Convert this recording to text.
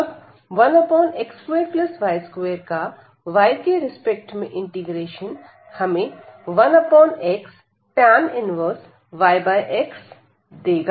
अब 1x2y2 का y के रिस्पेक्ट में इंटीग्रेशन हमें 1xtan 1yx देगा